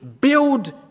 build